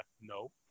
No